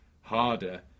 harder